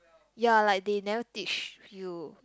ya like they never teach you